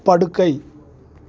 படுக்கை